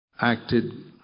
Acted